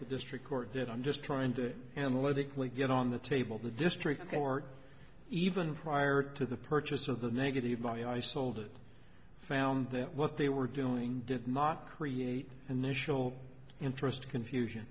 the district court did i'm just trying to analytically get on the table the district court even prior to the purchase of the negativity i sold it found that what they were doing did not create a national interest confusion